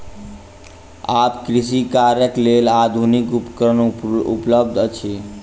आब कृषि कार्यक लेल आधुनिक उपकरण उपलब्ध अछि